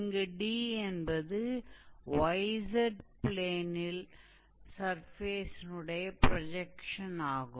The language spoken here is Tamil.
இங்கு D என்பது yz ப்ளேனில் கணக்கில் கொடுக்கப்பட்டிருக்கும் சர்ஃபேஸினுடைய ப்ரொஜெக்ஷன் ஆகும்